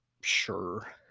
Sure